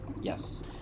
Yes